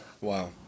Wow